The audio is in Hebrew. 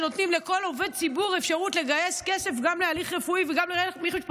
שנותנים לכל עובד ציבור אפשרות לגייס כסף גם להליך רפואי ומשפטי